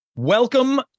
Welcome